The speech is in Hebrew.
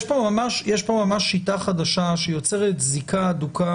יש פה ממש שיטה חדשה שיוצרת זיקה הדוקה